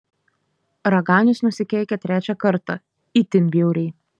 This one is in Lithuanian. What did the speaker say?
raganius nusikeikė trečią kartą itin bjauriai